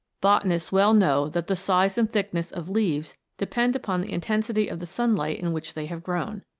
botanists well know that the size and thickness of leaves depend upon the intensity of the sunlight in which they have grown.